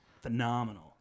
phenomenal